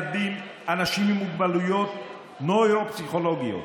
אנשים עם מוגבלויות נוירו-פסיכולוגיות.